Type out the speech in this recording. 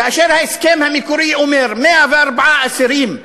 כאשר ההסכם המקורי אומר 104 אסירים,